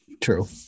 True